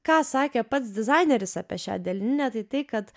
ką sakė pats dizaineris apie šią delninę tai tai kad